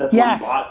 yes.